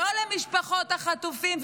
לא למשפחות החטופים,